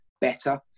better